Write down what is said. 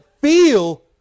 feel